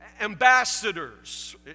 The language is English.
ambassadors